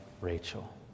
Rachel